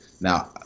Now